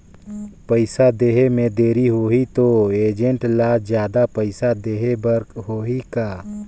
पइसा देहे मे देरी होही तो एजेंट ला जादा पइसा देही बर होही का?